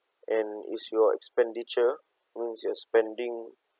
and is your expenditure means your spending